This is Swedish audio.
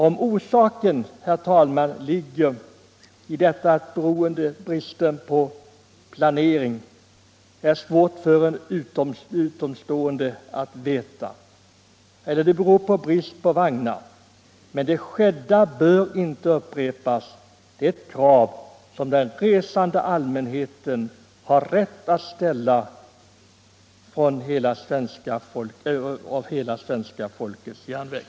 Om orsaken till detta, herr talman, ligger i brist på planering eller i brist på vagnar är svårt för en utomstående att veta, men det skecdda bör inte upprepas. Det är ett krav som den resande allmänheten har rätt att ställa på hela svenska folkets järnväg.